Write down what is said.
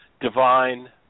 divine